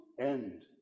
end